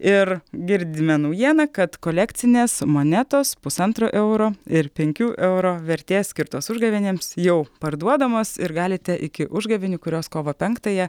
ir girdime naujieną kad kolekcinės monetos pusantro euro ir penkių eurų vertės skirtos užgavėnėms jau parduodamos ir galite iki užgavėnių kurios kovo penktąją